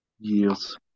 Years